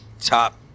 top